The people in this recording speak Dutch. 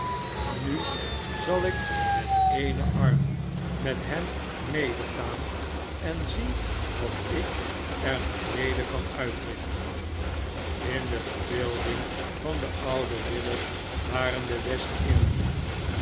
en nu zal ik tnet denen arm met hem medegaan en zien wat ik er nog mede kan uitrichten in de yerbeelding van den ouden willet waren de